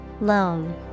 Loan